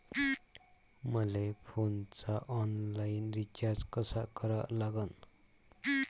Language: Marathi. मले फोनचा ऑनलाईन रिचार्ज कसा करा लागन?